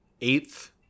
eighth